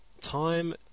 Time